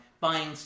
buying